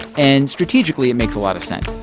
and strategically, it makes a lot of sense